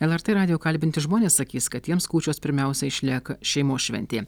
lrt radijo kalbinti žmonės sakys kad jiems kūčios pirmiausia išlieka šeimos šventė